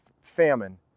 famine